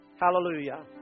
Hallelujah